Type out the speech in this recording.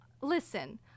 listen